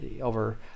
over